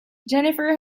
jennifer